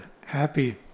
happy